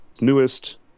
newest